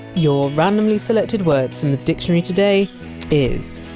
your randomly selected word from the dictionary today is.